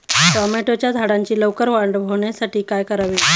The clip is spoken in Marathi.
टोमॅटोच्या झाडांची लवकर वाढ होण्यासाठी काय करावे?